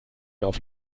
nicht